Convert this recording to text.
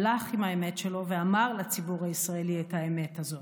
הלך עם האמת שלו ואמר לציבור הישראלי את האמת הזאת.